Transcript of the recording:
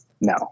No